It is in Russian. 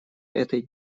этой